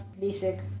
basic